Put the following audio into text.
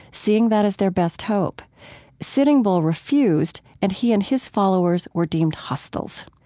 seeing that as their best hope sitting bull refused, and he and his followers were deemed hostiles.